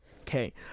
Okay